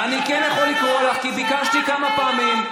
אני כן יכול לקרוא, כי ביקשתי כמה פעמים.